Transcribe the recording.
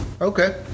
Okay